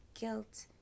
guilt